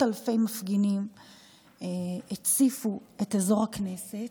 אלפי מפגינים שהציפו את אזור הכנסת.